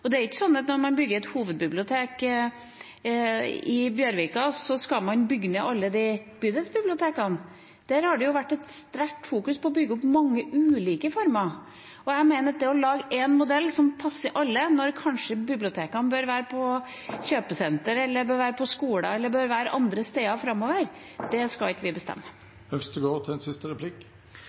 Det er ikke sånn at når man bygger et hovedbibliotek i Bjørvika, skal man bygge ned alle bydelsbibliotekene. Der har man fokusert sterkt på å bygge opp mange ulike former. Jeg mener at det å lage én modell som passer alle, når bibliotekene kanskje bør være på kjøpesentre eller på skoler og andre steder framover, skal ikke vi bestemme oss for. Det er en